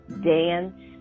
dance